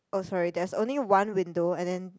oh sorry there's only one window and then